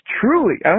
truly –